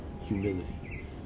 humility